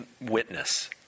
witness